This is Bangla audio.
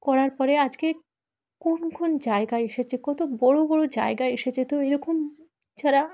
করার পরে আজকে কোন কোন জায়গায় এসেছে কত বড় বড় জায়গায় এসেছে তো এরকম যারা